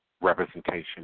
representation